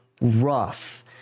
rough